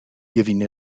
giving